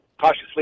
cautiously